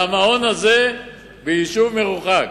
על המעון הזה ביישוב מרוחק.